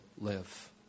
live